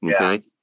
okay